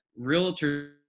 Realtors